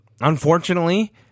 unfortunately –